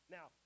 Now